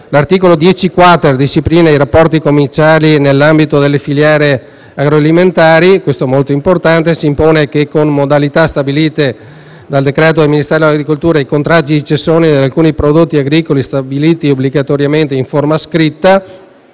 L'articolo 10-*quater* disciplina i rapporti commerciali nell'ambito delle filiere agroalimentari (questo è molto importante): s'impone che, con modalità stabilite con decreto del Ministero delle politiche agricole, i contratti di cessione di alcuni prodotti agricoli stipulati obbligatoriamente in forma scritta